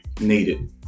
Needed